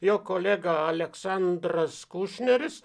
jo kolega aleksandras kušneris